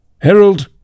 Herald